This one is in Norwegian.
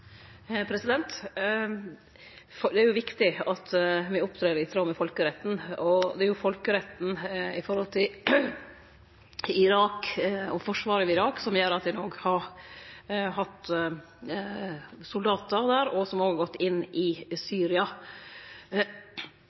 Det er viktig at me opptrer i tråd med folkeretten. Det er folkeretten når det gjeld Irak og forsvaret av Irak, som gjer at ein òg har hatt soldatar der, som òg har gått inn i Syria.